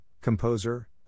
composer